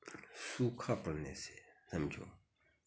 सूखा पड़ने से समझो